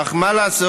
אך מה לעשות